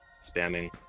spamming